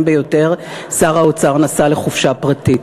ביותר שר האוצר נסע לחופשה פרטית.